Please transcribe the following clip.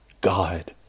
God